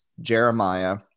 jeremiah